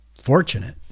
fortunate